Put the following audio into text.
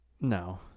No